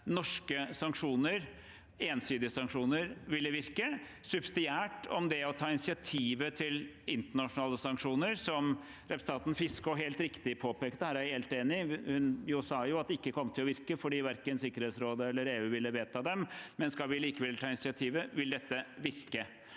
ensidige sanksjoner, ville virke, subsidiært om vi skal ta initiativet til internasjonale sanksjoner. Det representanten Fiskaa helt riktig påpekte, er jeg helt enig i. Hun sa at de ikke kom til å virke fordi verken Sikkerhetsrådet eller EU ville vedta dem. Skal vi likevel ta initiativet – ville de vir